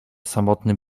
samotny